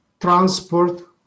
transport